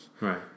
Right